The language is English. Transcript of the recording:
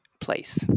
place